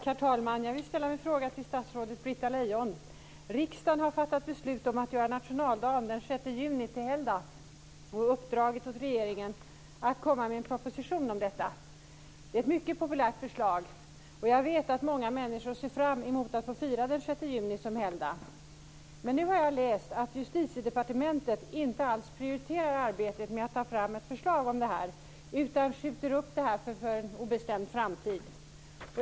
Herr talman! Jag vill ställa en fråga till statsrådet Riksdagen har fattat beslut om att göra nationaldagen den 6 juni till helgdag och uppdragit åt regeringen att komma med en proposition om detta. Det är ett mycket populärt förslag, och jag vet att många människor ser fram emot att få fira den 6 juni som helgdag. Nu har jag läst att Justitiedepartementet inte alls prioriterar arbetet med att ta fram ett förslag om detta utan skjuter upp det på en obestämd framtid.